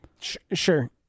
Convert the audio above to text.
Sure